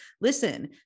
listen